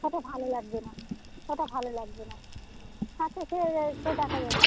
ওটা ভালো লাগবে না ওটা ভালো লাগবে না আচ্ছা সে সে দেখা যাবে